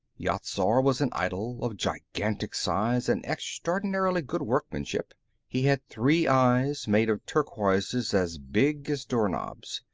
yat-zar was an idol, of gigantic size and extraordinarily good workmanship he had three eyes, made of turquoises as big as doorknobs,